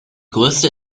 größte